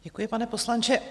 Děkuji, pane poslanče.